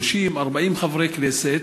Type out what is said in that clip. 40-30 חברי כנסת,